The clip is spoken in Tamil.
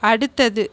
அடுத்தது